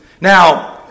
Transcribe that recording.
Now